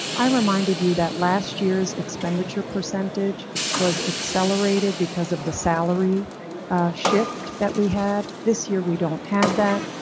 i reminded you that last year's expenditure percentage was accelerated because of the salary shift that we had this year. we don't have that,